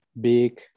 big